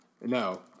no